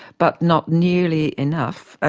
but not nearly enough. ah